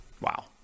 Wow